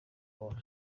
bose